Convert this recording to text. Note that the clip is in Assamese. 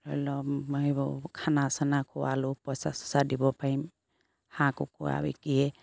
ধৰি লওক খানা চানা খুৱালো পইচা চইচা দিব পাৰিম হাঁহ কুকুৰা বিকিয়ে